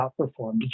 outperformed